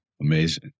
Amazing